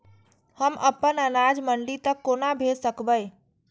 हम अपन अनाज मंडी तक कोना भेज सकबै?